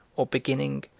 or beginning,